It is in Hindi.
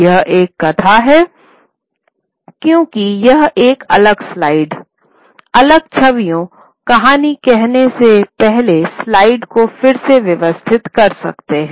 यह एक कथा है क्योंकि यह एक अलग स्लाइड अलग छवियों कहानी कहने से पहले स्लाइड्स को फिर से व्यवस्थित कर सकते हैं